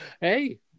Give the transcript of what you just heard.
Hey